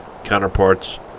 Counterparts